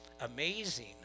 amazing